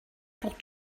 pour